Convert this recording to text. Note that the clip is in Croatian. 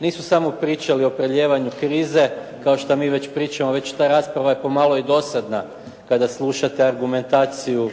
nisu samo pričali o prelijevanju krize kao što mi već pričamo, već ta rasprava je pomalo i dosadna kada slušate argumentaciju